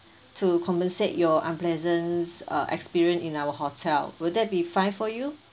to compensate your unpleasant uh experience in our hotel will that be fine for you